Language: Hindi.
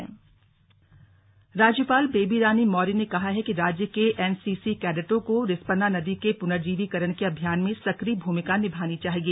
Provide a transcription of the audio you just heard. राज्यपाल एनसीसी कैडेट राज्यपाल बेबी रानी मौर्य ने कहा है कि राज्य के एनसीसी कैंडेटों को रिस्पना नदी के प्नर्जीवीकरण के अभियान में सक्रिय भूमिका निभानी चाहिए